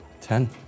Ten